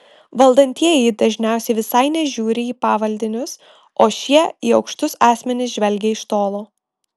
valdantieji dažniausiai visai nežiūri į pavaldinius o šie į aukštus asmenis žvelgia iš tolo